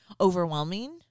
overwhelming